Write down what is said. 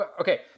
Okay